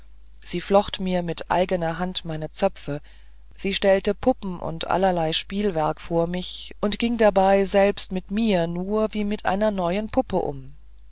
sie flocht mir mit eigener hand meine zöpfe sie stellte puppen und allerlei spielwerk vor mich und ging dabei selber mit mir nur wie mit einer neuen puppe um